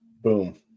Boom